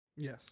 Yes